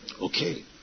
Okay